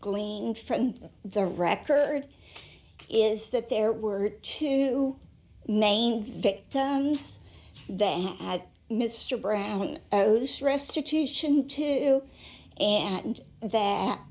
gleaned from the record is that there were two main victims they had mr brown those restitution to and that